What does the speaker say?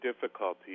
difficulties